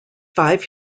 five